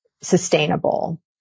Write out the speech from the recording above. sustainable